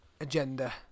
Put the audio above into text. agenda